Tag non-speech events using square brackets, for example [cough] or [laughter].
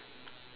[noise]